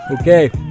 Okay